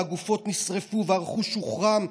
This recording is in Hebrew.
הגופות נשרפו והרכוש הוחרם,